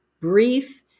brief